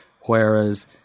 Whereas